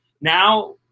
now